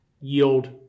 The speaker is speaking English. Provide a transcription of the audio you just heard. yield